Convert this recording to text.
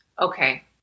Okay